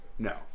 No